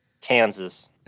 Kansas